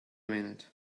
minute